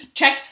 Check